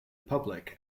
public